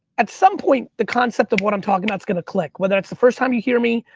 at some point, the concept of what i'm talking about is gonna click, whether it's the first time you hear me,